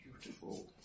beautiful